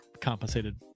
compensated